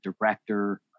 director